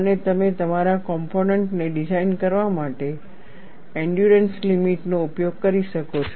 અને તમે તમારા કોમ્પોનેન્ટને ડિઝાઇન કરવા માટે એંડયૂરન્સ લિમિટ નો ઉપયોગ કરી શકો છો